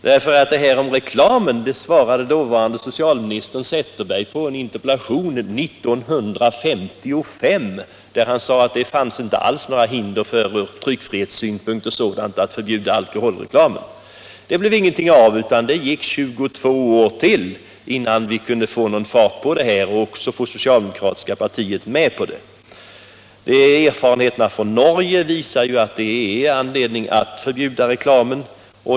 När det gäller frågan om alkoholreklamen sade den dåvarande justitieministern redan år 1955 i ett interpellationssvar att det ur tryckfrihetssynpunkt inte fanns några hinder för att förbjuda alkoholreklamen. Det blev emellertid ingenting av med ett förbud, utan det gick ytterligare 22 år innan vi kunde få någon fart på den här frågan och även få det socialdemokratiska partiet med på Erfarenheterna från Norge visar att det finns anledning att förbjuda reklamen.